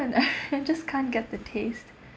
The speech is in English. I just can't get the taste